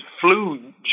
flu